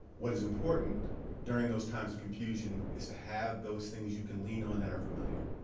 what is important during those times of confusion is to have those things you can lean on that are familiar.